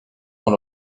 dans